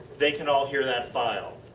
they can all hear that file.